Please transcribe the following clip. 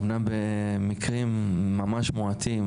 אמנם במקרים ממש מועטים,